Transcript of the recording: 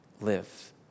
live